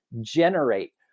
generate